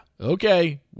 okay